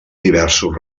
diversos